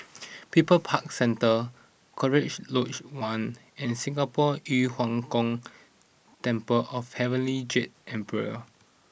People's Park Centre Cochrane Lodge One and Singapore Yu Huang Gong Temple of Heavenly Jade Emperor